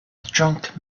drunk